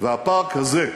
והפארק הזה,